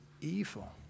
evil